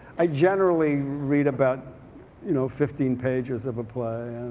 i generally read about you know fifteen pages of a play.